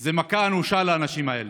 זה מכה אנושה לאנשים האלה.